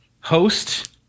host